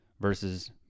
versus